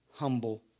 humble